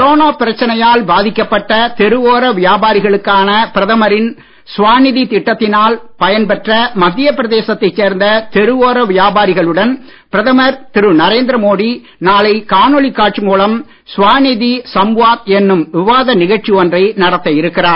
corona பிரச்சனையால் பாதிக்கப்பட்ட தெருவோர வியாபாரிகளுக்கான பிரதமரின் ஸ்வாநிதி திட்டத்தினால் பயன்பெற்ற மத்திய பிரதேசத்தைச் சேர்ந்த தெருவோர வியாபாரிகளுடன் பிரதமர் திரு நரேந்திர மோடி நாளை காணொளி காட்சி மூலம் ஸ்வாநிதி சம்வாத் என்னும் விவாத நிகழ்ச்சி ஒன்றை நடத்த இருக்கிறார்